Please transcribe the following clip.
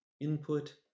input